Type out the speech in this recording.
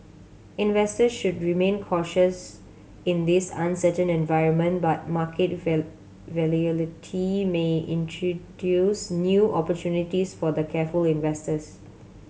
investors should remain cautious in this uncertain environment but market volatility may introduce new opportunities for the careful investors